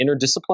interdisciplinary